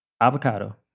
avocado